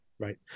Right